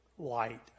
light